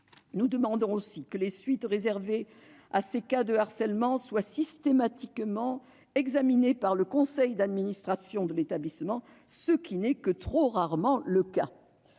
Nous demandons aussi que les suites réservées à ces cas de harcèlement soient systématiquement examinées par le conseil d'administration de l'établissement, ce qui n'est que trop rarement le cas.